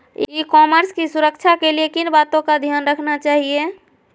ई commerce की सुरक्षा के लिए किन बातों का ध्यान रखना चाहिए?